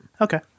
Okay